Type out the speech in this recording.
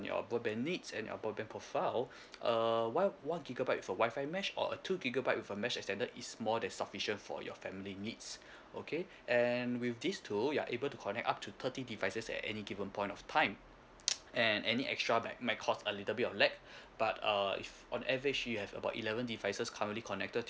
your broadband needs and your broadband profile uh one one gigabyte with a wifi mesh or a two gigabyte with a mesh extender is more then sufficient for your family needs okay and with this two you're able to connect up to thirty devices at any given point of time and any extra may may cause a little bit of lag but err if on average you have about eleven devices currently connected